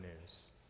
news